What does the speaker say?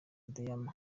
diamant